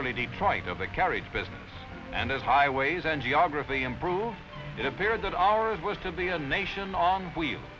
early detroit of the carriage business and as highways and geography improved it appeared that ours was to be a nation on wheel